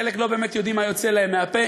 חלק לא באמת יודעים מה יוצא להם מהפה,